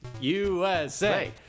USA